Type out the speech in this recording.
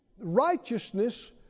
Righteousness